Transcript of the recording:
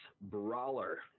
Brawler